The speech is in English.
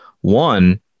One